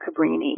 Cabrini